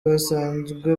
basanzwe